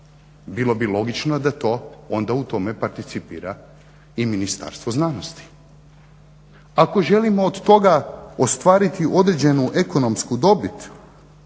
Bilo bi logično da je to onda u tome participira i Ministarstvo znanosti. Ako želimo od toga ostvariti određenu ekonomsku dobit